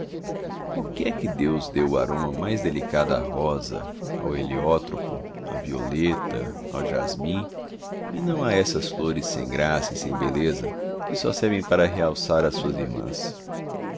por que é que deus deu o aroma mais delicado à rosa ao heliotrópio à violeta ao jasmim e não a essas flores sem graça e sem beleza que só servem para realçar as suas irmãs